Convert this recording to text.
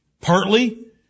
partly